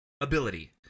ability